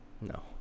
No